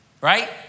Right